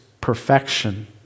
perfection